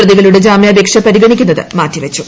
പ്രതികളുടെ ജാമ്യാപേക്ഷ പരിഗണിക്കുന്നത് മാറ്റിവെച്ചു